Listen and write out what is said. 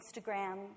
Instagram